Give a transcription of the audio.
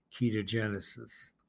ketogenesis